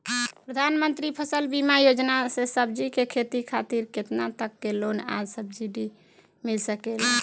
प्रधानमंत्री फसल बीमा योजना से सब्जी के खेती खातिर केतना तक के लोन आ सब्सिडी मिल सकेला?